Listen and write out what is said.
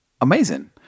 Amazing